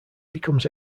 becomes